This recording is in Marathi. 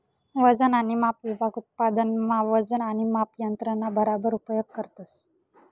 वजन आणि माप विभाग उत्पादन मा वजन आणि माप यंत्रणा बराबर उपयोग करतस